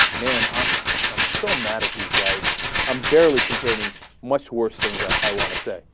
manoff i'm so mad at these guys i'm barely containing much worse things that i want to say